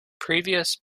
previous